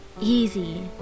Easy